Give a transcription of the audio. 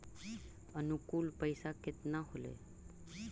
अनुकुल पैसा केतना होलय